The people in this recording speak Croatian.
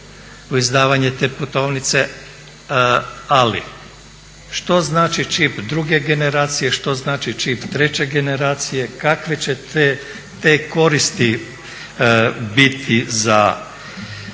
u izdavanje te putovnice. Ali što znači čip druge generacije, što znači čip treće generacije, kakve će te koristi biti za